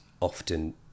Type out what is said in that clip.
often